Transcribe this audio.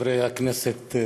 חברי הכנסת,